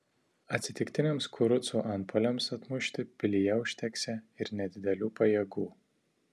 atsitiktiniams kurucų antpuoliams atmušti pilyje užteksią ir nedidelių pajėgų